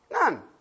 None